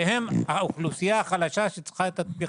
שהם בעצם האוכלוסייה החלשה שזקוקה לתמיכה.